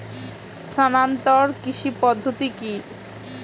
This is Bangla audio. স্থানান্তর কৃষি পদ্ধতি কি?